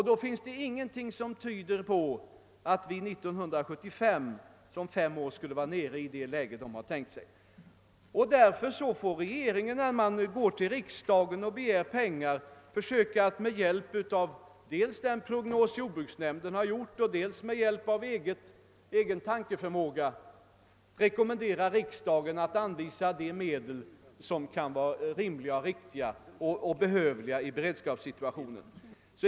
Då finns det ingenting som tvder på att vi år 1975 — om fem år — skulle vara nere i det läge herrarna har tänkt sig. Regeringen får, när den går till riksdagen och begär pengar, försöka att med hjälp dels av den prognos jordbruksnämnden gjort, dels av egen tankeförmåga rekommendera riksdagen att anvisa de medel som kan vara rim liga, riktiga och behövliga för beredskapen.